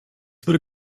würde